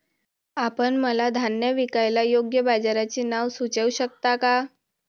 आपण मला धान्य विकायला योग्य बाजाराचे नाव सुचवू शकता का?